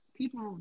people